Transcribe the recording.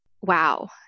wow